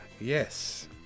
yes